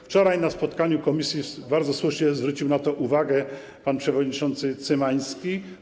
Wczoraj na spotkaniu w komisji bardzo słusznie zwrócił na to uwagę pan przewodniczący Cymański.